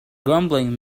grumbling